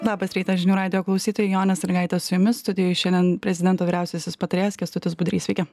labas rytas žinių radijo klausytojai jonė salygaitė su jumis studijoj šiandien prezidento vyriausiasis patarėjas kęstutis budrys sveiki